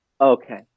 Okay